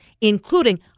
including